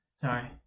Sorry